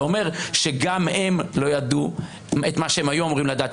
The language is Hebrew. זה אומר שגם הם לא ידעו מה שהם היו אמורים לדעת.